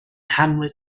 hamlet